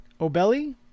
Obelli